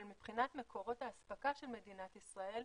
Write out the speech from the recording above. אבל מבחינת מקורות האספקה של מדינת ישראל,